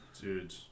Dude